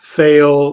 fail